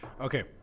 Okay